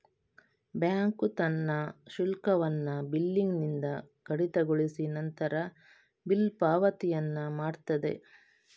bank ತನ್ನ ಶುಲ್ಕವನ್ನ ಬಿಲ್ಲಿನಿಂದ ಕಡಿತಗೊಳಿಸಿ ನಂತರ ಬಿಲ್ಲು ಪಾವತಿಯನ್ನ ಮಾಡ್ತದೆ